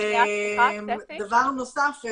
דבר נוסף,